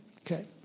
Okay